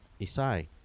isai